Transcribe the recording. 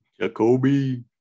Jacoby